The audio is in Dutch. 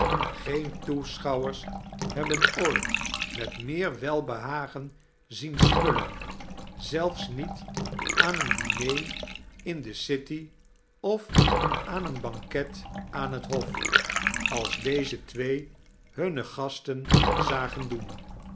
o-een toeseliouvvers hebben ooit met meer welbehagen zien smullen zelfs niet aan en diner in de city of arm eon charles dickens f c banket aan het hof ate deze twee hunne gasten zagen doen